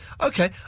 okay